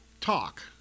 talk